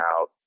out